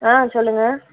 ஆ சொல்லுங்கள்